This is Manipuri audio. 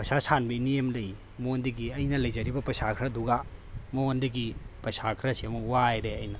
ꯄꯩꯁꯥ ꯁꯥꯟꯕ ꯏꯅꯦ ꯑꯃ ꯂꯩꯑꯦ ꯃꯉꯣꯟꯗꯒꯤ ꯑꯩꯅ ꯂꯩꯖꯔꯤꯕ ꯄꯩꯁꯥ ꯈꯔꯗꯨꯒ ꯃꯉꯣꯟꯗꯒꯤ ꯄꯩꯁꯥ ꯈꯔꯁꯤꯃꯨꯛ ꯋꯥꯏꯔꯦ ꯑꯩꯅ